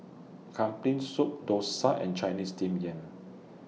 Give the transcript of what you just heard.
Kambing Soup Dosa and Chinese Steamed Yam